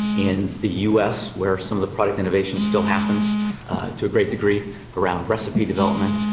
in the us where some of the product innovation still happens to a great degree around recipe development.